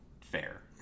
fair